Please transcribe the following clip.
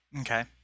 Okay